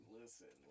listen